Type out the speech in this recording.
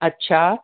अछा